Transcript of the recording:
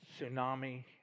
Tsunami